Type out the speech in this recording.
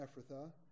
Ephrathah